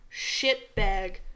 shitbag